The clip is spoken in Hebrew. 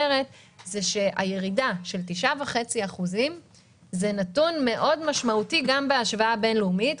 הירידה של 9.5% זה נתון משמעותי מאוד גם בהשוואה בין-לאומית,